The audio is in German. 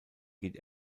geht